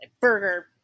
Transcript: burger